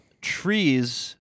trees